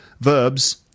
verbs